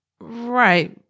Right